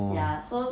ya so